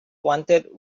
wanted